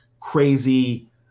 crazy